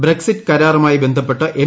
Breck sit കരാറുമായി ബന്ധപ്പെട്ട് M